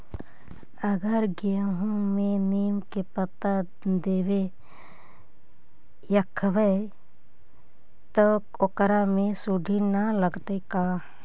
अगर गेहूं में नीम के पता देके यखबै त ओकरा में सुढि न लगतै का?